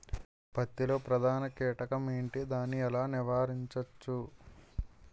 పత్తి లో ప్రధాన కీటకం ఎంటి? దాని ఎలా నీవారించచ్చు?